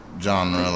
genre